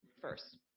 first